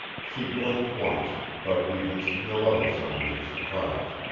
she blinked once, but evinced no other signs of surprise.